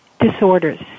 disorders